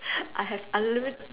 I have unlimit~